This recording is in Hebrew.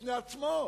בפני עצמו,